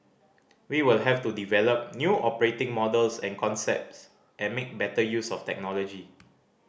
we will have to develop new operating models and concepts and make better use of technology